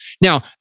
Now